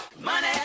money